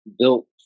built